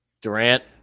Durant